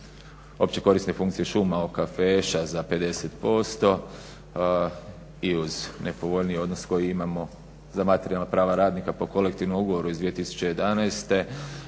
opće korisne funkcije šuma …/Govornik se ne razumije./..za 50% i uz nepovoljniji odnos koji imamo za materijalna prava radnika po kolektivnom ugovoru iz 2011.